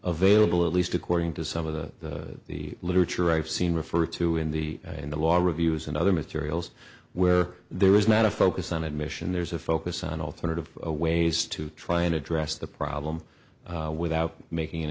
available at least according to some of the the literature i've seen referred to in the in the long reviews and other materials where there is not a focus on admission there's a focus on alternative ways to try and address the problem without making